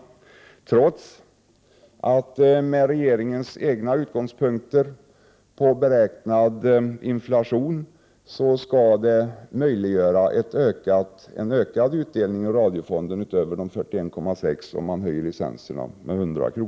Detta trots att med regeringens egna utgångspunkter på beräknad inflation det skall finnas en möjlighet för en ökad utdelning ur Radiofonden om licenserna höjs med 100 kr.